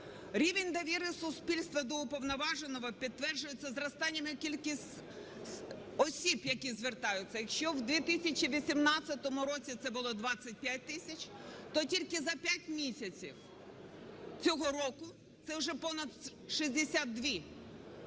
Рівень довіри суспільства до Уповноваженого підтверджується зростанням кількості осіб, які звертаються. Якщо у 2018 році це було 25 тисяч, то тільки за п'ять місяців цього року це вже понад 62,